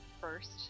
first